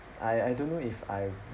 I I don't know if I